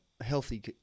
healthy